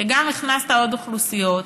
גם הכנסת עוד אוכלוסיות,